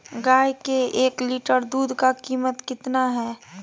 गाय के एक लीटर दूध का कीमत कितना है?